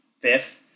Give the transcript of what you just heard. fifth